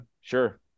sure